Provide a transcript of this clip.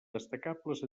destacables